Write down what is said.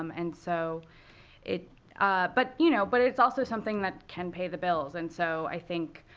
um and so it but you know but it's also something that can pay the bills. and so i think